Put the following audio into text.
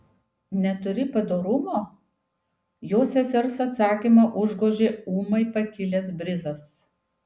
neturi padorumo jo sesers atsakymą užgožė ūmai pakilęs brizas